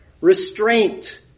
restraint